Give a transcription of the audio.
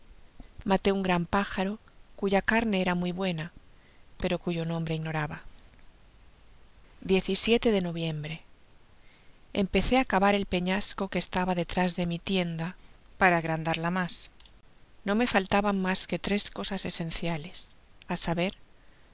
maté un gran pájaro cuya carne era muy buena pero cuyo nombre ignoraba de noviembre empecé á cavar el peñasco que estaba detrás de mi tienda para agrandarla mas no me faltaban mas que tres cosas esenciales á saber